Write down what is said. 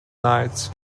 nights